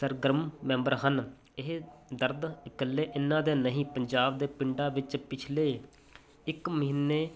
ਸਰਗਰਮ ਮੈਂਬਰ ਹਨ ਇਹ ਦਰਦ ਇਕੱਲੇ ਇਹਨਾਂ ਦੇ ਨਹੀਂ ਪੰਜਾਬ ਦੇ ਪਿੰਡਾਂ ਵਿੱਚ ਪਿਛਲੇ ਇੱਕ ਮਹੀਨੇ